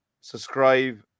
subscribe